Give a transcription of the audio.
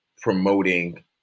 promoting